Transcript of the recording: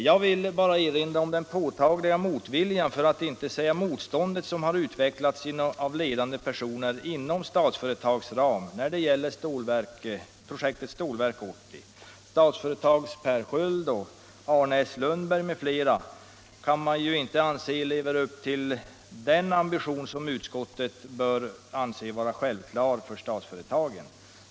Jag vill bara erinra om den påtagliga motvilja, för att inte säga det påtagliga motstånd, som utvecklats av ledande personer inom Statsföretags ram när det gäller projektet Stålverk 80. Statsföretags Per Sköld, Arne S. Lundberg m.fl. kan inte sägas leva upp till den ambition som bör vara självklar för statsföretagen.